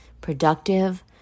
productive